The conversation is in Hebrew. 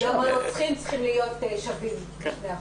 גם הרוצחים צריכים להיות שווים בפני החוק,